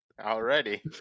Already